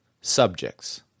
subjects